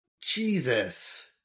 Jesus